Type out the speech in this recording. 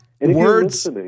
words